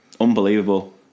Unbelievable